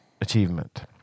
achievement